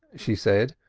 she said,